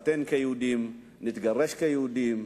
נתחתן כיהודים, נתגרש כיהודים.